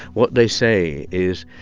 what they say is,